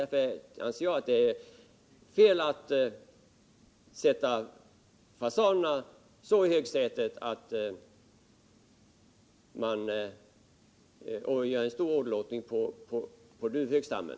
Jag anser det vara felaktigt att sätta fasanerierna så ”i högsätet” att det medför en kraftig åderlåtning på duvhöksstammen.